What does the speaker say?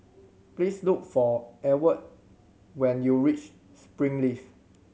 please look for Ewald when you reach Springleaf